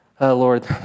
Lord